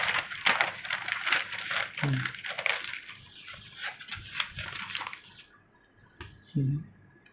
mm mm